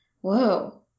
Whoa